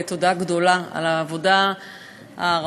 תודה גדולה על העבודה הרבה,